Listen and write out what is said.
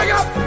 up